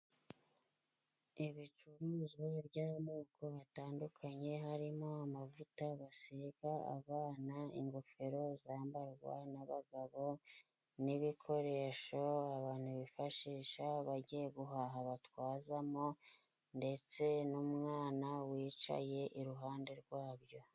Ibicuruzwa by'amoko atandukanye harimo amavuta basiga abana, ingofero zambarwa n'abagabo n'ibikoresho abantu bifashisha bagiye guhaha batwaramo ndetse n'umwana wicaye iruhande rwabyo.